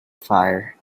fire